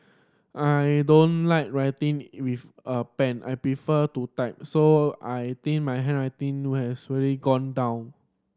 I don't like writing with a pen I prefer to type so I think my handwriting has really gone down